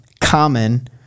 common